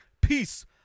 Peace